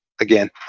again